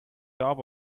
top